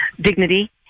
dignity